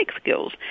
skills